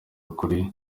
ukuri